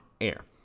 air